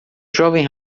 jovem